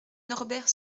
norbert